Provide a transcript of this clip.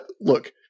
look